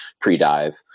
pre-dive